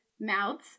mouths